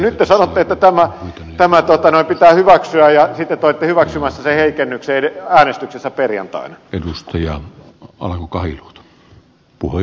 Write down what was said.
nyt te sanotte että tämä pitää hyväksyä ja sitten te olitte hyväksymässä sen heikennyksen äänestyksessä perjantaina